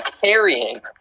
carrying